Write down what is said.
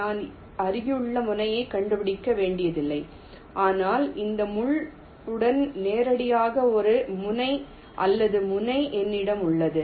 நான் அருகிலுள்ள முனையைக் கண்டுபிடிக்க வேண்டியதில்லை ஆனால் இந்த முள் உடன் நேரடியாக ஒரு முனை அல்லது முனை என்னிடம் உள்ளது